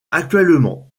actuellement